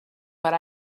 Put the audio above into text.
per